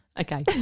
Okay